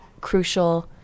crucial